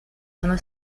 sono